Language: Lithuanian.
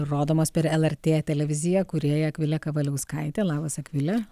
rodomos per lrt televiziją kūrėja akvilė kavaliauskaitė labas akvile